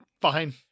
Fine